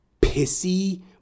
pissy